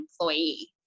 employee